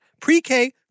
pre-K